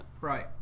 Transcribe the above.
right